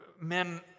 men